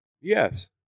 Yes